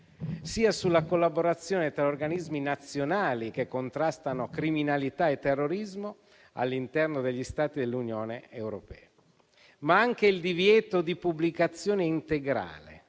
sulla collaborazione tra organismi nazionali che contrastano criminalità e terrorismo all'interno degli Stati dell'Unione europea, ma anche il divieto di pubblicazione integrale